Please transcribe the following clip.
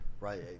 right